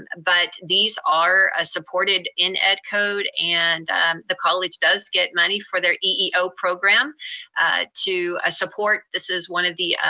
and but these are ah supported in ed code, and the college does get money for their eeo program to ah support. this is one of the,